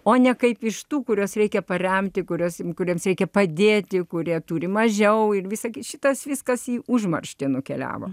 o ne kaip iš tų kuriuos reikia paremti kuriuos kuriems reikia padėti kurie turi mažiau ir visas šitas viskas į užmarštį nukeliavo